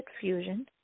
fusion